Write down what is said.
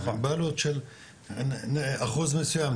הם בבעלות של אחוז מסוים,